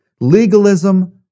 Legalism